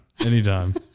anytime